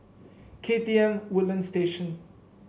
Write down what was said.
K T M Woodlands Station